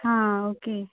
हां ओके